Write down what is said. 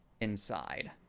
inside